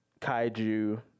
kaiju